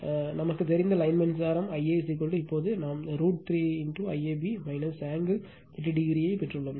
எனவே நமக்குத் தெரிந்த லைன் மின்சாரம் Ia இப்போது நாம் √ 3 IAB angle 30o ஐப் பெற்றுள்ளோம்